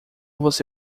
você